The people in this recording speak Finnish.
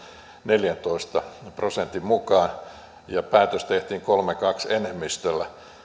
neljäntoista prosentin mukaan ja päätös tehtiin kolme viiva kaksi enemmistöllä